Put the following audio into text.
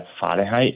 Fahrenheit